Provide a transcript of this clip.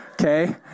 Okay